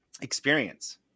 experience